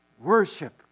worship